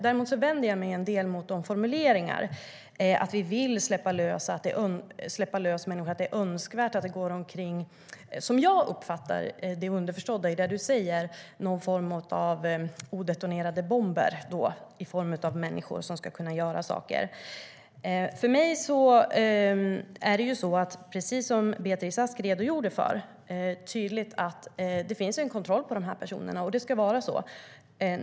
Däremot vänder jag mig mot en del av formuleringarna, till exempel att vi vill släppa lös människor eller att det är önskvärt att det går omkring - som jag uppfattar det som underförstått i vad Kent Ekeroth säger - någon form av odetonerade mänskliga bomber. Beatrice Ask redogjorde tydligt för att det sker en kontroll av dessa personer, och det ska vara så.